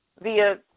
via